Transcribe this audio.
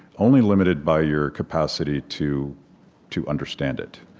only limited by your capacity to to understand it.